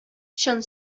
чын